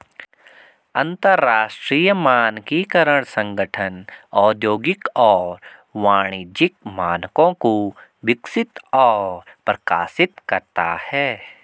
अंतरराष्ट्रीय मानकीकरण संगठन औद्योगिक और वाणिज्यिक मानकों को विकसित और प्रकाशित करता है